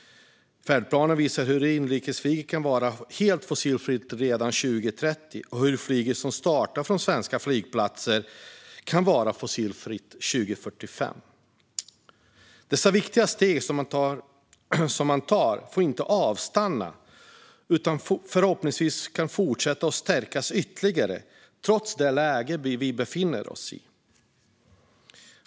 Färdplanen visar hur inrikesflyget kan vara helt fossilfritt redan 2030 och hur flyg som startar från svenska flygplatser kan vara fossilfritt 2045. Dessa viktiga steg som tas får inte avstanna utan kan förhoppningsvis fortsätta och stärkas ytterligare trots det läge vi befinner oss i.